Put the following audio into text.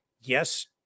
Yes